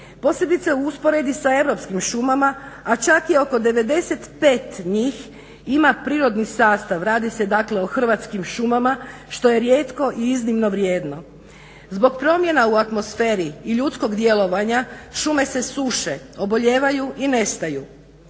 posebice u usporedbi s europskim šumama, a čak je oko 95 njih ima prirodni sastav. Radi se dakle o hrvatskim šumama što je rijetko i iznimno vrijedno. Zbog promjena u atmosferi i ljudskog djelovanja šume se suše, obolijevaju i nestaju.